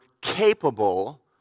capable